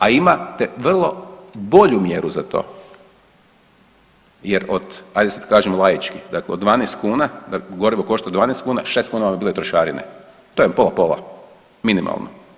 A imate vrlo bolju mjeru za to, jer od, ajd da sad kažem laički dakle od 12 kuna, gorivo košta 12 kuna 6 kuna vam bile trošarine to je pola pola, minimalno.